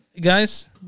guys